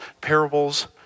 parables